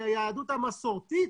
שהיא היהדות המסורתית,